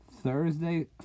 Thursday